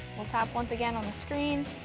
we'll tap once again on the screen.